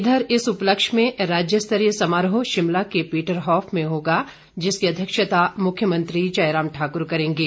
इधर इस उपलक्ष्य में राज्य स्तरीय समारोह शिमला के पीटर हॉफ में होगा जिसकी अध्यक्षता मुख्यमंत्री जय राम ठाकुर करेंगे